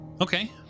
Okay